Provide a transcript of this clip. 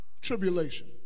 tribulation